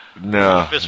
No